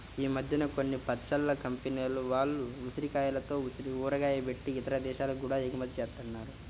ఈ మద్దెన కొన్ని పచ్చళ్ళ కంపెనీల వాళ్ళు ఉసిరికాయలతో ఊరగాయ బెట్టి ఇతర దేశాలకి గూడా ఎగుమతి జేత్తన్నారు